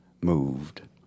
moved